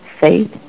faith